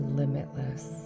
limitless